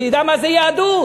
שידע מה זה יהדות.